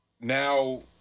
now